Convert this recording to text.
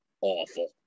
awful